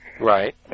Right